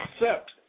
accept